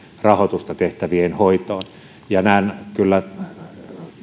rahoitusta tehtävien hoitoon näen kyllä